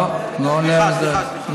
לא עונה על זה.